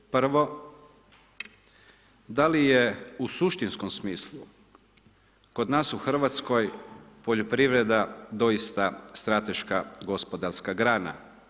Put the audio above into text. Prvo, da li je u suštinskom smislu kod nas u Hrvatskoj poljoprivreda doista strateška gospodarska grana?